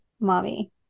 mommy